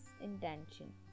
intention